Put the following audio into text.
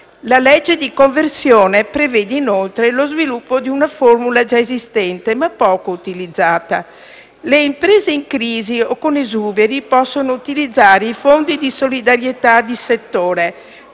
la legge di conversione prevede inoltre lo sviluppo di una formula già esistente, ma poco utilizzata: le imprese in crisi o con esuberi possono utilizzare i fondi di solidarietà di settore